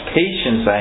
patience